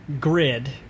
grid